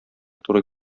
туры